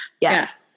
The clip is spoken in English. Yes